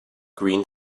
green